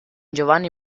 giovanni